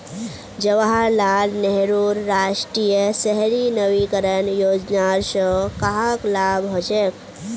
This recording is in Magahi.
जवाहर लाल नेहरूर राष्ट्रीय शहरी नवीकरण योजनार स कहाक लाभ हछेक